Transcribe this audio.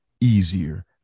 easier